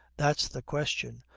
that's the question.